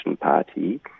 party